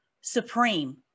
supreme